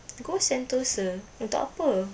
go sentosa untuk apa